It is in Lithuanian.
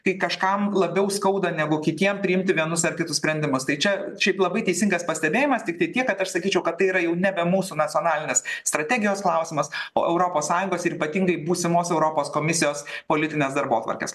kai kažkam labiau skauda negu kitiem priimti vienus ar kitus sprendimus tai čia šiaip labai teisingas pastebėjimas tiktai tiek kad aš sakyčiau kad tai yra jau nebe mūsų nacionalinės strategijos klausimas o europos sąjungos ir ypatingai būsimos europos komisijos politinės darbotvarkės